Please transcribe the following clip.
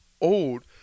old